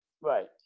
Right